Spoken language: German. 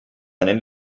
einen